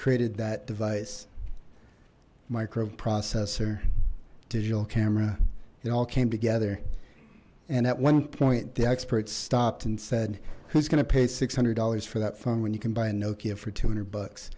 created that device microprocessor digital camera it all came together and at one point the experts stopped and said who's gonna pay six hundred dollars for that phone when you can buy a nokia for two hundred bucks